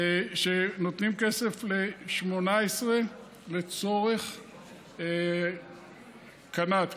שנותנים כסף ל-2018 לצורך קנ"ת,